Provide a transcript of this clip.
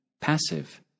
passive